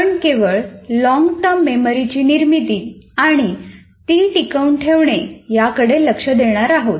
आपण केवळ लॉन्गटर्म मेमरीची निर्मिती आणि ती टिकवून ठेवणे याकडे लक्ष देणार आहोत